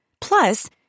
Plus